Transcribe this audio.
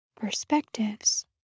perspectives